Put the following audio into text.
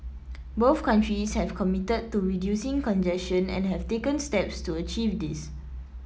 both countries have committed to reducing congestion and have taken steps to achieve this